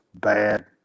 bad